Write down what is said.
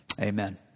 Amen